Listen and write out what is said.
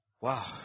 Wow